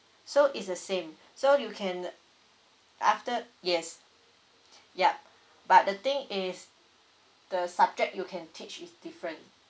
so is the same so you can after yes yup but the thing is the subject you can teach is different